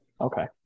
Okay